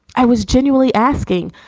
i was genuinely asking.